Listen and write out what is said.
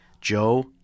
Joe